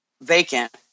vacant